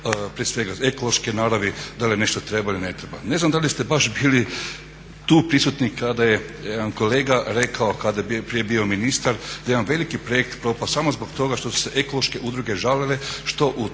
prije svega ekološke naravi, da li nešto treba ili ne treba. Ne znam da li ste baš bili tu prisutni kada je jedan kolega rekao kada je prije bio ministar da je jedan veliki projekt propao samo zbog toga što su se ekološke udruge žalile što u